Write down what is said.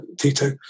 Tito